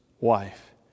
wife